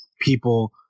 people